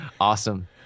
Awesome